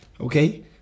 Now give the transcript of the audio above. Okay